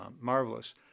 marvelous